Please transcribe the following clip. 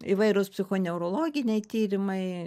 įvairūs psichoneurologiniai tyrimai